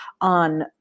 on